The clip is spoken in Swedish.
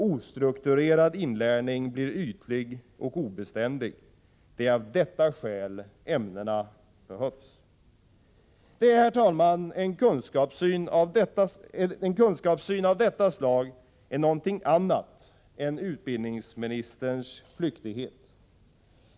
Ostrukturerad inlärning blir ytlig och obeständig. Det är av detta skäl ämnena behövs. Herr talman! En kunskapssyn av detta slag är något annat än utbildningsministerns flyktigheter.